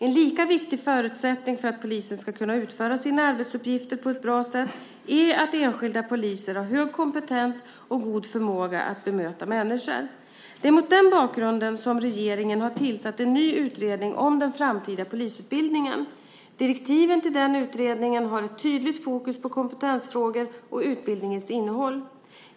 En lika viktig förutsättning för att polisen ska kunna utföra sina arbetsuppgifter på ett bra sätt är att enskilda poliser har hög kompetens och en god förmåga att bemöta människor. Det är mot denna bakgrund som regeringen har tillsatt en ny utredning om den framtida polisutbildningen. Direktiven till denna utredning har ett tydligt fokus på kompetensfrågor och utbildningens innehåll.